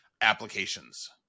applications